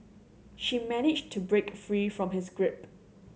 she managed to break free from his grip